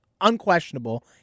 unquestionable